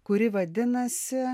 kuri vadinasi